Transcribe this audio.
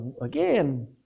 again